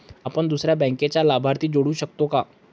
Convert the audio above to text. आपण दुसऱ्या बँकेचा लाभार्थी जोडू शकतो का?